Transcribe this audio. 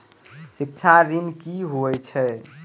शिक्षा ऋण की होय छै?